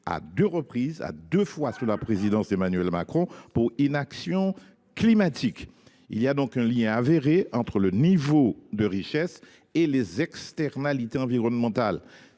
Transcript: à deux reprises, sous la présidence d’Emmanuel Macron, pour inaction climatique. Il existe donc un lien avéré entre le niveau de richesse et les externalités environnementales.